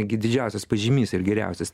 gi didžiausias pažymys ir geriausias